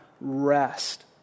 rest